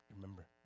Remember